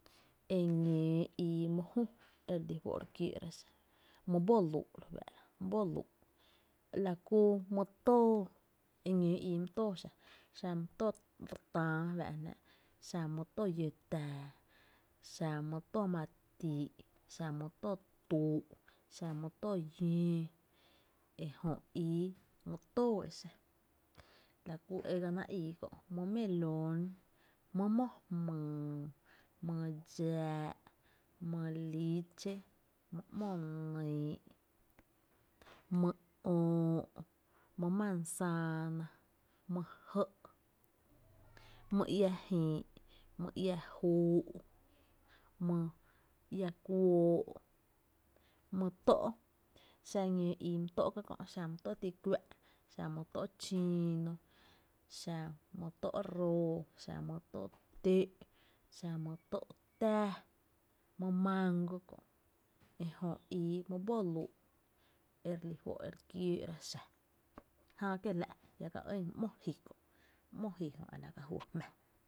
Eñóo ii my jü e li fó’ re kiöö’ra xa, my bolüü’ re fáár’a, my bolüüi, la ku my tóó, eñóo íi my tóo xa, xa my tóo re tää fáá’ jnáá’, xa my tóo llöö táa, xa my tóo ma tii’, xa my tóo tuu, xa my tóo llöo e jo ii my tóo e xa, la kú e ganáá’ ii kö’, la ku my melón, my mó’ jmyy, my dxáá’, my liche, my ‘mo nÿÿ’ my öö’, my manzana, my jɇ’, my iá júú’, my iá jïï’. my iá kuóó’, my tó’, xa ñóo ii my tó’ ka kö’, xa my tó’ ti kuä’, xa my tó’ chiino, xa mý tó’ roo, xa mý tó’ tǿ’, xa my tó’ tää, xa my mango, ejö ii my bolüü’ e re lí fó’ e re kiöö’ra xa. Jää kiela’ jia’ ka ɇn my ‘mo ji kö, my ‘mo ji jö, a la ka juý jmá.